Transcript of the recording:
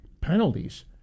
penalties